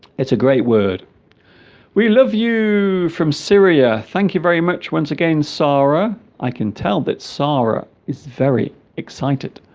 it's a great word we love you from syria thank you very much once again sarah i can tell that sarah is very excited